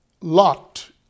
Lot